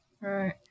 Right